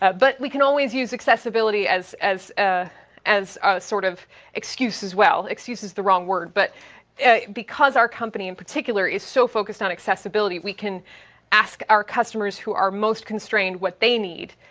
ah but we can always use accessibility as as ah a sort of excuse as well. excuse is the wrong word but because our company in particular is so focused on accessibility, we can ask our customers, who are most constrained, what they need,